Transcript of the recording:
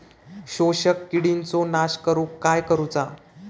शोषक किडींचो नाश करूक काय करुचा?